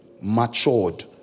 matured